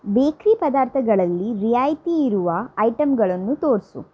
ಬೇಕ್ರಿ ಪದಾರ್ಥಗಳಲ್ಲಿ ರಿಯಾಯಿತಿ ಇರುವ ಐಟಮ್ಗಳನ್ನು ತೋರಿಸು